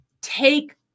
take